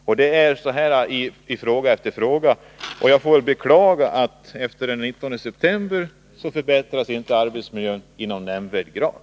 Så här är det i fråga efter fråga. Jag får beklaga att arbetsmiljön inte heller efter den 19 september kommer att förbättras i någon nämnvärd grad.